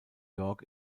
york